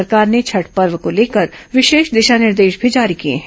राज्य सरकार ने छठ पर्व को लेकर विशेष दिशा निर्देश भी जारी किए हैं